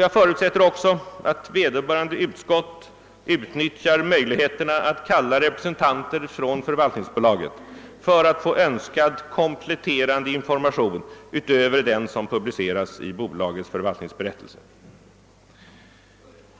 Jag förutsätter också att vederbörande utskott utnyttjar möjligheterna att kalla representanter för förvaltningsbolaget för att få önskad kompletterande information utöver den som publiceras i bolagets förvaltningsberättelse.